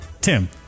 Tim